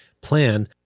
plan